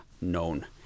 known